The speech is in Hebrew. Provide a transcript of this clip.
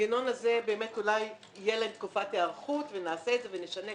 שהמנגנון הזה באמת אולי יהיה לתקופת היערכות ונעשה את זה ונשנה,